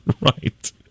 Right